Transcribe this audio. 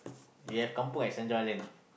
you have kampung at Saint-John-Island ah